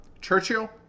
Churchill